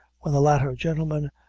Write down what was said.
when the latter gentleman,